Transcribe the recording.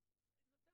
אומר